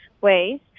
ways